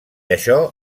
això